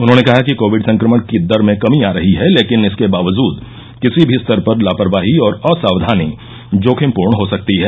उन्होंने कहा कि कोविड संक्रमण की दर में कमी आ रही है लेकिन इसके बावज़द किसी भी स्तर पर लापरवाही और असाक्वानी जोखिमपूर्ण हो सकती है